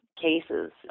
cases